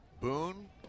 Boone